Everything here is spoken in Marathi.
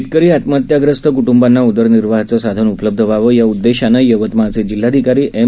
शेतकरी आत्महत्याग्रस्त कृटुंबांना उदरनिर्वाहाचं साधन उपलब्ध व्हावं याउददेशानं यवतमाळचे जिल्हाधिकारी एम